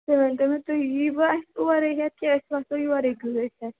تُہۍ ؤنۍ تَو مےٚ تُہۍ یِیوا اَسہِ اورٕے ہیٚتھ کِنہٕ أسۍ وَسو یورٕے گٲڑۍ ہیٚتھ